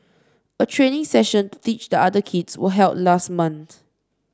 a training session to teach the other children was held last month